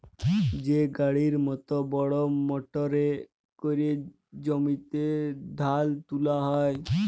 যে গাড়ির মত বড় মটরে ক্যরে জমিতে ধাল তুলা হ্যয়